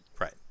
Right